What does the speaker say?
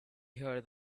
heard